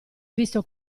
visto